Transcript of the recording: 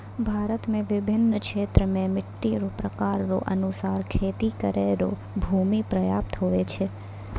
भारत मे बिभिन्न क्षेत्र मे मट्टी रो प्रकार रो अनुसार खेती करै रो भूमी प्रयाप्त हुवै छै